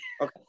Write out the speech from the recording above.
okay